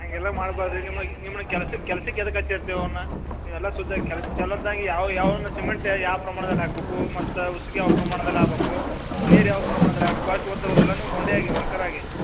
ಹಂಗೆಲ್ಲ ಮಾಡಬ್ಯಾಡ ರೀ ನಿಮಗ್ ನಿಮಗೆ ಕೆಲ್ಸಕ್ಕೆ ಕೆಲ್ಸಕ್ಕೆ ಎದಕ್ಕೆ ಹಚ್ಚಿ ಇರ್ತಿವಿ ಅವ್ನ ನೀವೆಲ್ಲ ಶುದ್ಧ ಕೆಲಸ ಚಲೊತ್ನಾಗಿ ಯಾವೊಂದ ಸಿಮೆಂಟ್ ಯಾವ ಪ್ರಮಾಣದಲ್ಲಿ ಹಾಕಬೇಕು ಮತ್ತು ಉಸಕು ಯಾವ ಪ್ರಮಾಣದಲ್ಲಿ ಆಗ್ಬೇಕು ನೀರು ಯಾವ ಪ್ರಮಾಣದಲ್ಲಿ ಆಗ್ಬೇಕು ಅಷ್ಟು ಗೊತ್ತಾಗುದಿಲ್ಲ ನೀವು ಗೌಂಡೆ ಆಗಿ ವರ್ಕರ್ ಆಗಿ